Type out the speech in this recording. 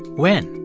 when?